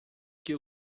que